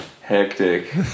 hectic